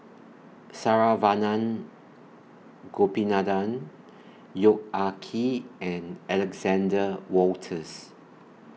Saravanan Gopinathan Yong Ah Kee and Alexander Wolters